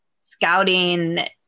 scouting